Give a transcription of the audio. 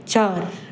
चारि